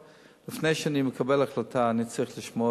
לפני שאני מקבל החלטה אני צריך לשמוע